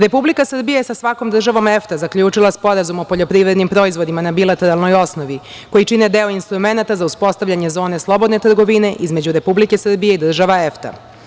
Republika Srbija je sa svakom državom EFTA zaključila Sporazum o poljoprivrednim proizvodima na bilateralnoj osnovi, koji čine deo instrumenata za uspostavljanje zone slobodne trgovine između Republike Srbije i država EFTA.